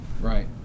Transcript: Right